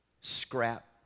scrap